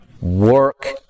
work